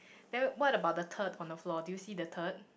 then what about the turd on the floor do you see the turd